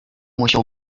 musiał